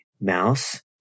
mouse